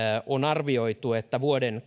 on arvioitu että vuoden